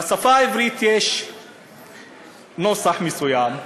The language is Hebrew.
בשפה העברית יש נוסח מסוים,